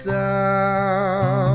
down